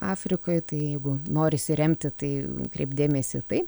afrikoj tai jeigu norisi remti tai kreipt dėmesį į tai